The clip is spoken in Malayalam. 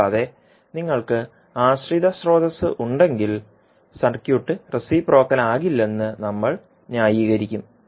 കൂടാതെ നിങ്ങൾക്ക് ആശ്രിത സ്രോതസ്സ് ഉണ്ടെങ്കിൽ സർക്യൂട്ട് റെസിപ്രോക്കൽ ആകില്ലെന്ന് നമ്മൾ ന്യായീകരിക്കും